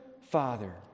father